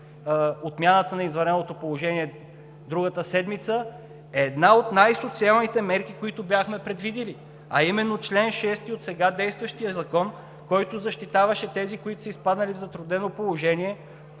отмяната на извънредното положение другата седмица, е една от най-социалните мерки, които бяхме предвидили, а именно чл. 6 от сега действащия закон, който защитаваше тези, които са изпаднали в затруднено положение